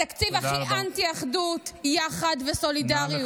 התקציב הכי אנטי-אחדות, יחד וסולידריות.